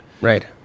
right